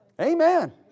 Amen